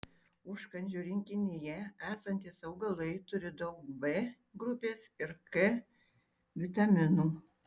užkandžių rinkinyje esantys augalai turi daug b grupės ir k vitaminų